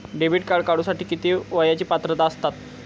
Debit card काढूसाठी किती वयाची पात्रता असतात?